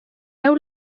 veu